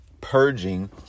Purging